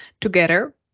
Together